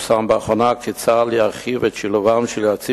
ופורסם לאחרונה כי צה"ל ירחיב את שילובם של יועצים